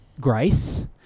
grace